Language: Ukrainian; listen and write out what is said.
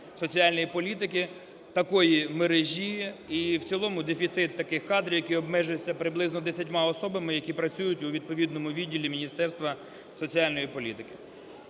соціальної політики такої мережі і в цілому дефіцит таких кадрів, які обмежуються приблизно десятьма особами, які працюють у відповідному відділі Міністерства соціальної політики.